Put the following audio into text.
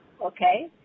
okay